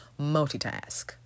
Multitask